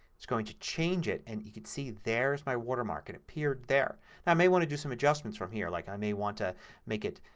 it's going to change it and you can see there's my watermark. it appears there. now i may want to do some adjustments from here. like i may want to make it,